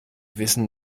wissen